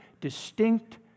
distinct